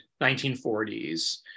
1940s